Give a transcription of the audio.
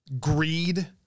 greed